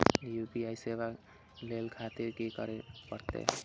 UPI सेवा ले खातिर की करे परते?